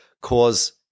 cause